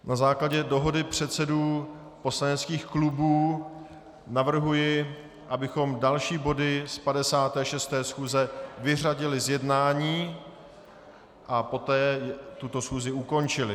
Na základě dohody předsedů poslaneckých klubů navrhuji, abychom další body z 56. schůze vyřadili z jednání a poté tuto schůzi ukončili.